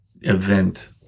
event